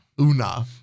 Una